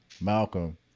Malcolm